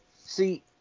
See